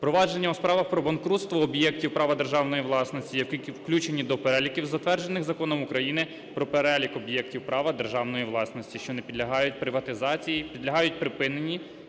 провадження у справах про банкрутство об'єктів права державної власності, які включені до переліків, затверджених Законом України "Про перелік об'єктів права державної власності, що не підлягають приватизації", підлягають припиненні,